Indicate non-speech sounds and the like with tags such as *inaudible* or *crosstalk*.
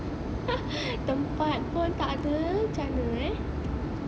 *laughs* tempat pun takda cam mana eh